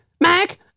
Mac